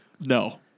No